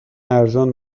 ارزان